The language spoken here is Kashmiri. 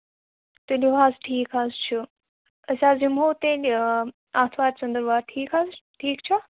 تُلِو حظ ٹھیٖک حظ چھُ أسۍ حظ یِمَہو تیٚلہِ آتھوارِ ژٔنٛدر وارِ ٹھیٖک حظ ٹھیٖک چھا